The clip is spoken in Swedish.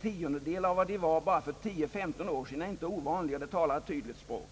10 av vad de var för bara 10—15 år sedan är inte ovanligt och det talar ju ett tydligt språk.